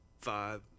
five